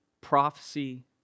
prophecy